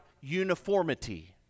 uniformity